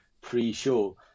pre-show